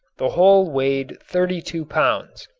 the whole weighed thirty two pounds.